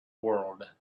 world